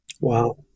wow